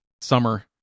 Summer